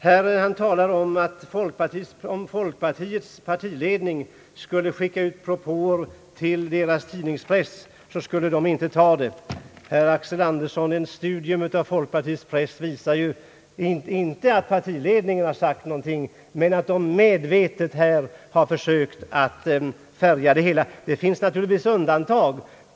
Herr Axel Andersson gjorde gällande att om folkpartiets partiledning skulle skicka ut propåer till sin egen press skulle man på det hållet inte ta in dem. Ett studium av folkpartiets press, herr Axel Andersson, visar visserligen inte att partiledningen har sagt någonting men att den ändå medvetet har försökt att färga det hela. Det finns naturligtvis undantag.